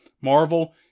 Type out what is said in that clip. Marvel